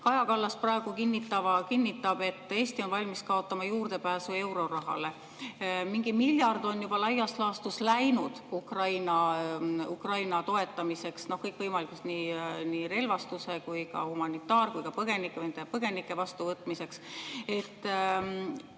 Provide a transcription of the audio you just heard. Kaja Kallas praegu kinnitab, et Eesti on valmis kaotama juurdepääsu eurorahale. Mingi miljard [eurot] on juba laias laastus läinud Ukraina toetamiseks kõikvõimalikult, nii relvastuseks, humanitaar[abiks] kui ka põgenike vastuvõtmiseks.